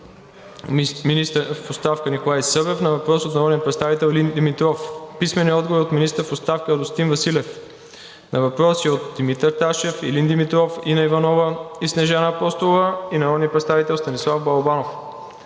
министъра в оставка Николай Събев на въпрос от народния представител Илин Димитров; - министъра в оставка Радостин Василев на въпроси от Димитър Ташев, Илин Димитров, Инна Иванова, Снежана Апостолова и народния представител Станислав Балабанов;